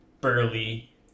burly